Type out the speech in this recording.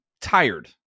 tired